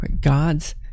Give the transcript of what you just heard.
God's